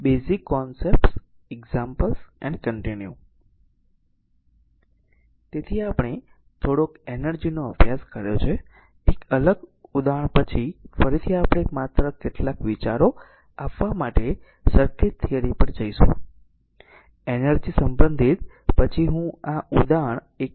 તેથી આપણે થોડોક એનર્જી નો અભ્યાસ કર્યો છે એક અલગ ઉદાહરણ પછી ફરીથી આપણે માત્ર કેટલાક વિચારો આપવા માટે સર્કિટ થિયરી પર જઈશું એનર્જી સંબંધિત પછી હું આ ઉદાહરણ 1